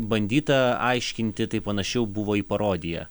bandyta aiškinti tai panašiau buvo į parodiją